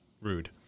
rude